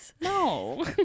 no